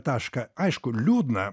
tašką aišku liūdna